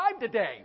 today